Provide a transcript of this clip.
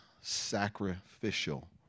sacrificial